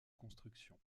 construction